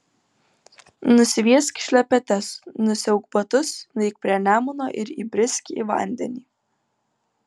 nusviesk šlepetes nusiauk batus nueik prie nemuno ir įbrisk į vandenį